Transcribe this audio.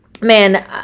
man